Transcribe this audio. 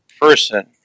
person